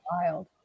wild